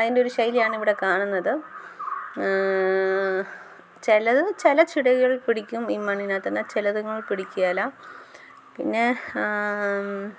അതിൻ്റെ ഒരു ശൈലിയാണ് ഇവിടെ കാണുന്നത് ചില ചില ചെടികൾ പിടിക്കും ഈ മണ്ണിനകത്ത് തന്നെ ചിലതുങ്ങൽ പിടിക്കുകയില്ല പിന്നെ